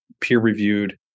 peer-reviewed